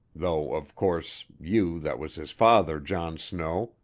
though of course you that was his father, john snow,